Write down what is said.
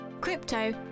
crypto